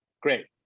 Great